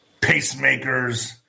pacemakers